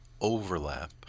overlap